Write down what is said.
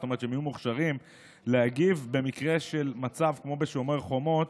זאת אומרת שהם יהיו מוכשרים להגיב במצב כמו בשומר חומות.